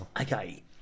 Okay